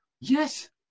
Yes